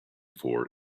for